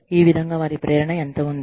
ఈ విధంగా వారి ప్రేరణ ఎంత ఉంది